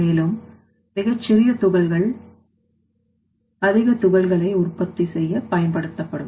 மேலும் மிகச் சிறிய துகள்கள் அதிகதுகள்களை உற்பத்தி செய்ய பயன்படுத்தப்படும்